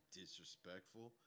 disrespectful